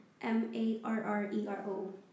M-A-R-R-E-R-O